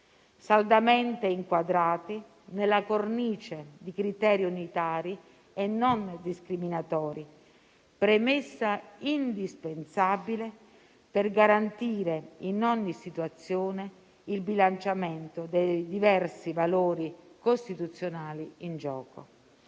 saldamente inquadrati nella cornice di criteri unitari e non discriminatori, premessa indispensabile per garantire in ogni situazione il bilanciamento dei diversi valori costituzionali in gioco.